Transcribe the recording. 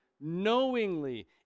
knowingly